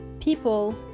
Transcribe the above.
People